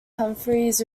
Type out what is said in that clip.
humphries